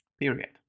Period